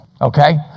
Okay